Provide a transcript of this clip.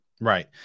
Right